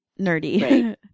nerdy